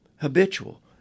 habitual